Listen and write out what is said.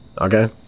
Okay